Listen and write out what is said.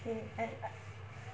eh I